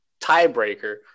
tiebreaker